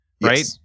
right